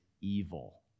evil